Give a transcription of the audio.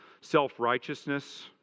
self-righteousness